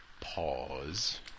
pause